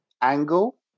angle